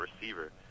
receiver